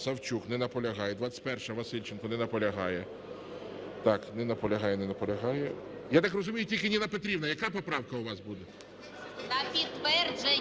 Савчук. Не наполягає. 21-а, Васильченко. Не наполягає. Так, не наполягає, не наполягає. Я так розумію, тільки Ніна Петрівна. Яка поправка у вас буде? 12:56:04